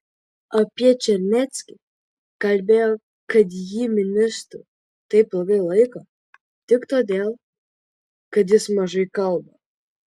apie čarneckį kalbėjo kad jį ministru taip ilgai laiko tik todėl kad jis mažai kalba